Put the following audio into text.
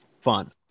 fun